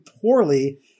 poorly-